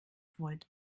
volt